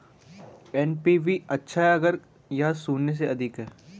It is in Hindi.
एन.पी.वी अच्छा है अगर यह शून्य से अधिक है